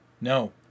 No